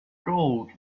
gold